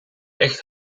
echt